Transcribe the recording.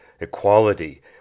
equality